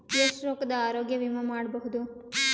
ಎಷ್ಟ ರೊಕ್ಕದ ಆರೋಗ್ಯ ವಿಮಾ ಮಾಡಬಹುದು?